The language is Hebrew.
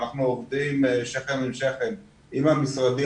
אנחנו עובדים שכם אל שכם עם המשרדים